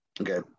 okay